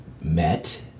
met